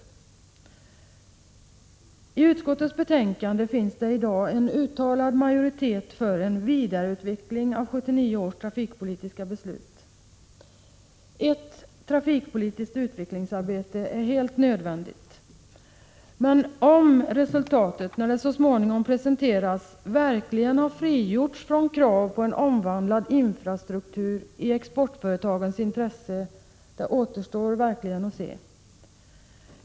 Att döma av utskottets betänkande finns det i dag en uttalad majoritet för en vidareutveckling av 1979 års trafikpolitiska beslut. Ett trafikpolitiskt utvecklingsarbete är alldeles nödvändigt. Huruvida resultatet när det så småningom presenteras verkligen kommer att ha frigjorts från krav på en omvandlad infrastruktur i exportföretagens intressen återstår att se.